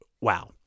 wow